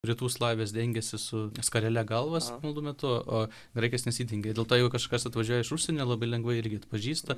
rytų slavės dengiasi su skarele galvas maldų metu o graikai nesidengia dėl to jog kažkas atvažiuoja iš užsienio labai lengvai irgi atpažįsta